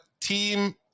Team